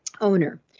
owner